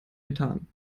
methan